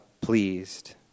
pleased